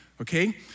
okay